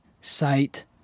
Sight